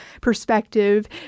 perspective